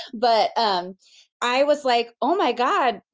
but um i was like, oh my god,